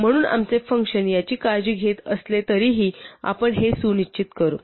म्हणून आमचे फंक्शन याची काळजी घेत असले तरीही आपण हे सुनिश्चित करू